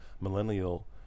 millennial